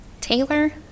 Taylor